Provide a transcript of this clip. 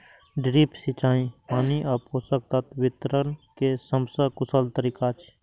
drip सिंचाई पानि आ पोषक तत्व वितरण के सबसं कुशल तरीका छियै